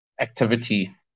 activity